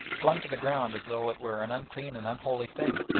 flung to the ground as though it were an unclean and unholy thing,